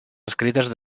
escrites